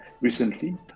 recently